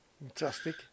Fantastic